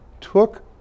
took